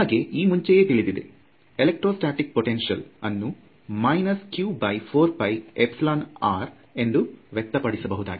ನಮಗೆ ಈ ಮುಂಚೆಯೇ ತಿಳಿದಿದೆ ಎಲೆಕ್ಟ್ರೋಸ್ಟಾಟಿಕ್ ಪೊಟೇoಶಿಯಲ್ ಅನ್ನು q4πε|r| ಎಂದು ವ್ಯಕ್ತಪಡಿಸಬಹುದಾಗಿದೆ